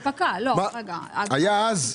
היה אז,